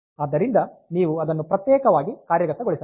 ಆದ್ದರಿಂದ ನೀವು ಅದನ್ನು ಪ್ರತ್ಯೇಕವಾಗಿ ಕಾರ್ಯಗತಗೊಳಿಸಬೇಕು